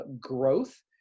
growth